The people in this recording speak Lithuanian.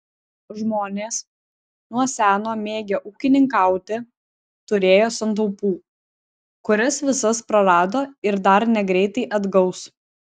žmonės nuo seno mėgę ūkininkauti turėjo santaupų kurias visas prarado ir dar negreitai atgaus